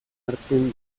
hartzen